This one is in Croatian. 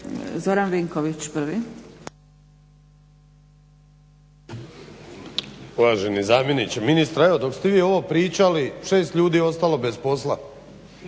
Zoran Vinković prvi.